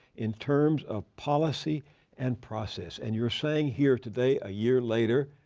in terms of policy and process and you're saying here today, a year later,